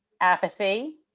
apathy